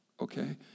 Okay